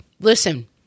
listen